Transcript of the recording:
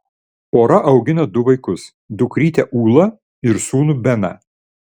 pora augina du vaikus dukrytę ulą ir sūnų beną